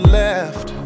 left